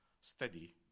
steady